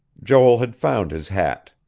joel had found his hat.